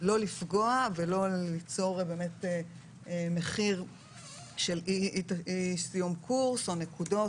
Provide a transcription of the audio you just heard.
לא לפגוע ולא ליצור מחיר של אי סיום קורס או נקודות